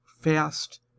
fast